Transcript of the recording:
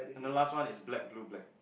and the last one is black blue black